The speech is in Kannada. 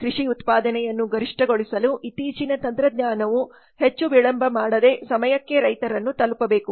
ಕೃಷಿ ಉತ್ಪಾದನೆಯನ್ನು ಗರಿಷ್ಠಗೊಳಿಸಲು ಇತ್ತೀಚಿನ ತಂತ್ರಜ್ಞಾನವು ಹೆಚ್ಚು ವಿಳಂಬಮಾಡದೇ ಸಮಯಕ್ಕೆ ರೈತರನ್ನು ತಲುಪಬೇಕು